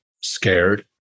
scared